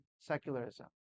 secularism